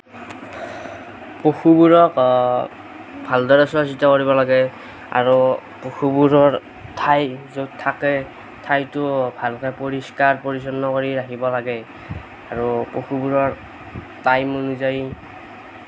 পশুবোৰক ভালদৰে চোৱা চিতা কৰিব লাগে আৰু পশুবোৰৰ ঠাই য'ত থাকে ঠাইটোও ভালকে পৰিষ্কাৰ পৰিচ্ছন্ন কৰি ৰাখিব লাগে আৰু পশুবোৰৰ টাইম অনুযায়ী